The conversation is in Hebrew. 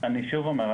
אני שוב אומר,